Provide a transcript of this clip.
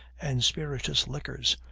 and spirituous liquors,